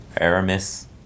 Aramis